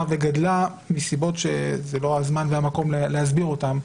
וגדלה מסיבות שזה לא הזמן והמקום להסביר אותן.